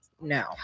no